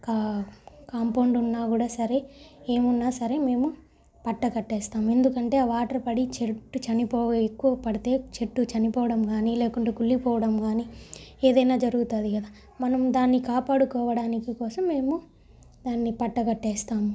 కా కాంపౌండ్ ఉన్నా కూడా సరే ఏమున్నా సరే మేము పట్ట కట్టేస్తాము ఎందుకంటే ఆ వాటర్ పడి చెట్టు చనిపో ఎక్కువ పడితే చెట్టు చనిపోవడం కానీ లేకుంటే కుళ్ళిపోవడం కానీ ఏదైనా జరుగుతాది కదా మనం దాన్ని కాపాడుకోవడానికి కోసం మేము దాన్ని పట్ట కట్టేస్తాము